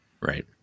right